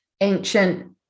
ancient